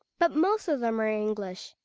but most of them are english,